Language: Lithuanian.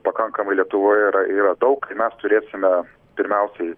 pakankamai lietuvoje yra yra daug ir mes turėsime pirmiausiai